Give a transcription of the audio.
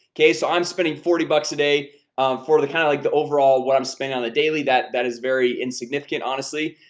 okay so i'm spending forty bucks a day for the kind of like the overall what i'm spending on the daily that that is very insignificant honestly,